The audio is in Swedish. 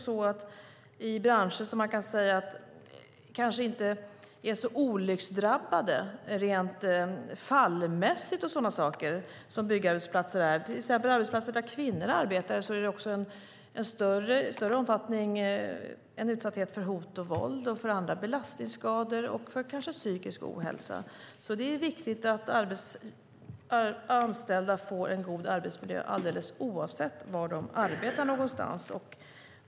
Det finns branscher som inte är lika olycksdrabbade rent fallmässigt som byggarbetsplatser, men på många arbetsplatser där kvinnor arbetar är utsattheten för hot och våld, belastningsskador och psykisk ohälsa större. Det är därför viktigt att anställda får en god arbetsmiljö oavsett var de arbetar.